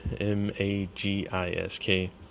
M-A-G-I-S-K